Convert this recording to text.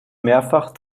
mehrfach